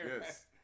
yes